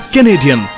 Canadian